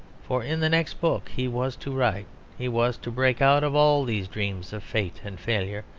for in the next book he was to write he was to break out of all these dreams of fate and failure,